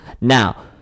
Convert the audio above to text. Now